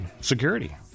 security